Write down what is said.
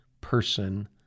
person